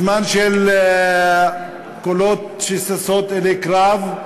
בזמן של קולות שששים אלי קרב,